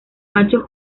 machos